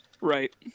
Right